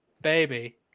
Baby